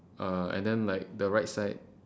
uh and then like the right side